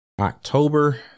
October